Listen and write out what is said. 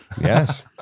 Yes